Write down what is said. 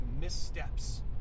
missteps